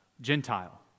Gentile